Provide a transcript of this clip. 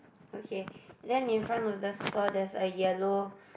okay then in front of the store there's a yellow